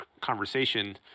conversation